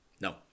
No